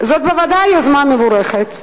זו בוודאי יוזמה מבורכת,